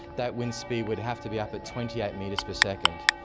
that wind speed would have to be up at twenty eight metres per second,